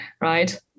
right